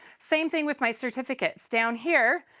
same thing with my certificates. down here,